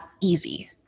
easy